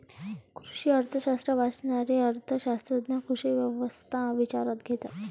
कृषी अर्थशास्त्र वाचणारे अर्थ शास्त्रज्ञ कृषी व्यवस्था विचारात घेतात